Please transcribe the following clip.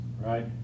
Right